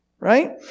Right